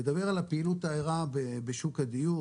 נדבר על הפעילות הערה בשוק הדיור,